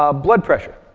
um blood pressure.